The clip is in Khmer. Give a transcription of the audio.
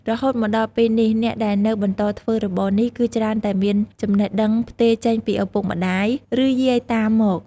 រហូតមកដល់ពេលនេះ អ្នកដែលនៅបន្តធ្វើរបរនេះ គឺច្រើនតែមានចំណេះដឹងផ្ទេរចេញពីឪពុក ម្ដាយ ឬយាយតាមក។